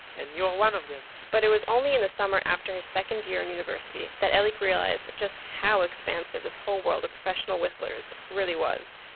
and you are one of them but it was only the summer after his second year in university that elik realized just how expansive this whole world of professional whistlers really was.